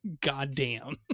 Goddamn